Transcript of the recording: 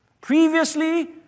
Previously